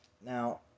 Now